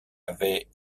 avait